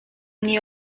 nie